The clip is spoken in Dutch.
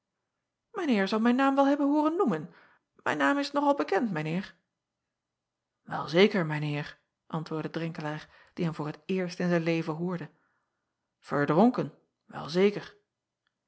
eer zal mijn naam wel hebben hooren noemen mijn naam is nog al bekend mijn eer el zeker mijn eer antwoordde renkelaer die hem voor t eerst in zijn leven hoorde erdronken wel zeker